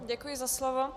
Děkuji za slovo.